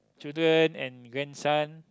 children and grandson